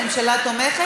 הממשלה תומכת?